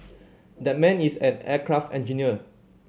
that man is an aircraft engineer